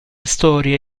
storia